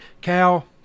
Cal